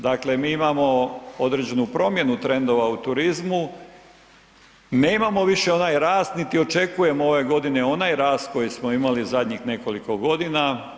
Dakle, mi imamo određenu promjenu trendova u turizmu, nemamo više onaj rast niti očekujemo ove godine onaj rast koji smo imali zadnjih nekoliko godina.